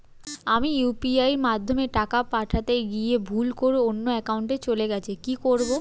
আমি ইউ.পি.আই মাধ্যমে টাকা পাঠাতে গিয়ে ভুল করে অন্য একাউন্টে চলে গেছে কি করব?